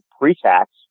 pre-tax